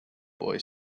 boy